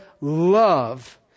love